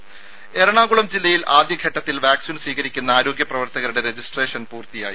രുര എറണാകുളം ജില്ലയിൽ ആദ്യഘട്ടത്തിൽ വാക്സിൻ സ്വീകരിക്കുന്ന ആരോഗ്യ പ്രവർത്തകരുടെ രജിസ്ട്രേഷൻ പൂർത്തിയായി